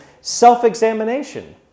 self-examination